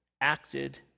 acted